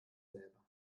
selber